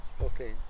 okay